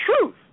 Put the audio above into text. truth